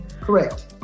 Correct